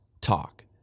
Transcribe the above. talk